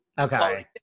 Okay